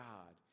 God